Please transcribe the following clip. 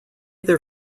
their